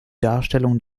darstellung